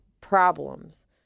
problems